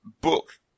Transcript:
book